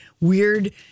weird